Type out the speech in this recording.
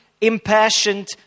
impassioned